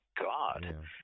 God